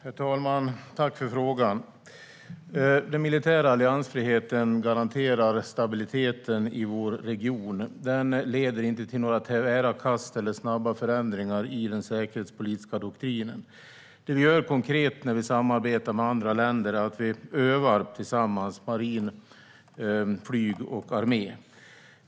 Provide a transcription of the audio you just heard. Herr talman! Jag tackar för frågan. Den militära alliansfriheten garanterar stabiliteten i vår region. Den leder inte till några tvära kast eller snabba förändringar i den säkerhetspolitiska doktrinen. Det som sker konkret när vi samarbetar med andra länder är att marin, flyg och armé övar tillsammans.